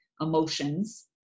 emotions